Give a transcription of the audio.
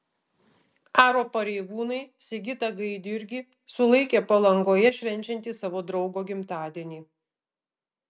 aro pareigūnai sigitą gaidjurgį sulaikė palangoje švenčiantį savo draugo gimtadienį